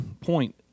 point